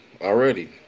Already